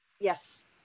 Yes